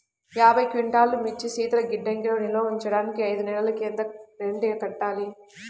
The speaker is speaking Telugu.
యాభై క్వింటాల్లు మిర్చి శీతల గిడ్డంగిలో నిల్వ ఉంచటానికి ఐదు నెలలకి ఎంత రెంట్ కట్టాలి?